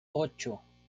ocho